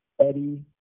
Eddie